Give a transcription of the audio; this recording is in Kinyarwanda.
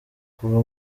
kuva